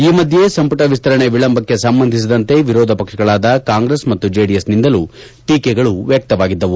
ಈ ಮಧ್ಯೆ ಸಂಪುಟ ವಿಸ್ತರಣೆ ವಿಳಂಬಕ್ಕೆ ಸಂಬಂಧಿಸಿದಂತೆ ವಿರೋಧ ಪಕ್ಷಗಳಾದ ಕಾಂಗ್ರೆಸ್ ಮತ್ತು ಜೆಡಿಎಸ್ನಿಂದಲೂ ಟೀಕೆಗಳು ವ್ಯಕ್ತವಾಗಿದ್ದವು